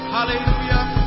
Hallelujah